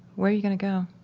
where are you going to go?